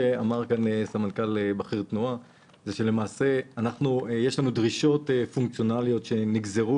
סמנכ"ל בכיר תנועה אמר כאן שלמעשה יש לנו דרישות פונקציונליות שנגזרו